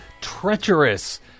treacherous